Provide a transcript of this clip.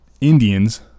Indians